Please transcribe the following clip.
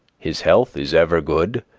his health is ever good,